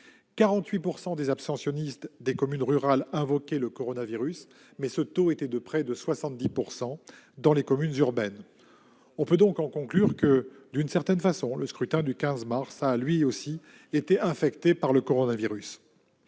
48 % des abstentionnistes des communes rurales ont invoqué le coronavirus, ce taux était de près de 70 % dans les communes urbaines. On peut donc en conclure que, d'une certaine façon, le scrutin du 15 mars dernier a été lui aussi infecté par le coronavirus.